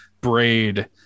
Braid